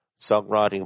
Songwriting